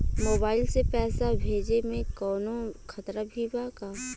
Mobile से पैसा भेजे मे कौनों खतरा भी बा का?